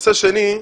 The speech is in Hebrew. נושא שני,